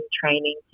training